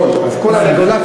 הכול, כל הרגולציה.